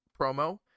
promo